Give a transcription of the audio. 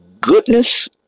goodness